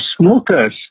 smokers